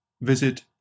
visit